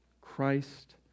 Christ